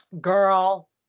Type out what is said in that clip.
girl